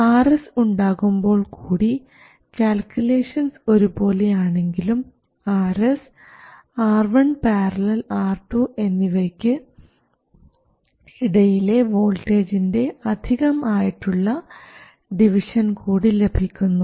Rs ഉണ്ടാകുമ്പോൾ കൂടി calculations ഒരു പോലെയാണെങ്കിലും Rs R1 ║ R2 എന്നിവയ്ക്ക് ഇടയിലെ വോൾട്ടേജിൻറെ അധികം ആയിട്ടുള്ള ഡിവിഷൻ കൂടി ലഭിക്കുന്നു